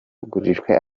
yagurishijwe